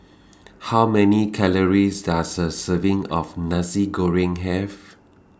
How Many Calories Does A Serving of Nasi Goreng Have